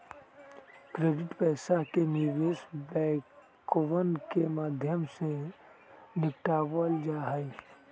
credit पैसा के निवेश बैंकवन के माध्यम से निपटावल जाहई